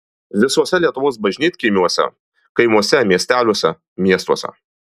visuose lietuvos bažnytkaimiuose kaimuose miesteliuose miestuose